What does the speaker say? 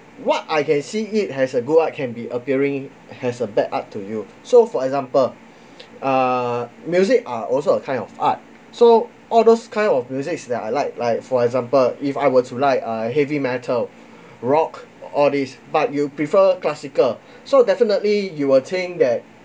what I can see it as a good art can be appearing as a bad art to you so for example ah music are also a kind of art so all those kind of musics that I like like for example if I were to like uh heavy metal rock all these but you prefer classical so definitely you will think that